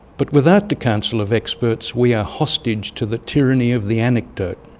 but without the counsel of experts we are hostage to the tyranny of the anecdote.